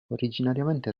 originariamente